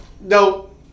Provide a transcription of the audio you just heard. no